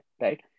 right